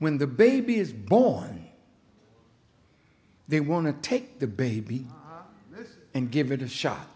when the baby is born they want to take the baby and give it a shot